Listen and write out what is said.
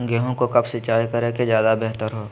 गेंहू को कब सिंचाई करे कि ज्यादा व्यहतर हो?